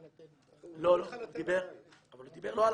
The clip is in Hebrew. לא.